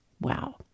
Wow